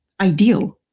ideal